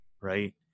right